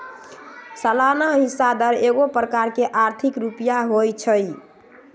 सलाना हिस्सा दर एगो प्रकार के आर्थिक रुपइया होइ छइ